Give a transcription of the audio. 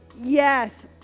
Yes